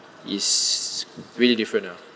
is really different lah